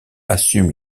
assume